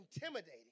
intimidating